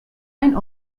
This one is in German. ein